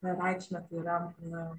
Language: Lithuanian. na reikšmę tai yra